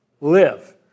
Live